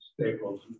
staples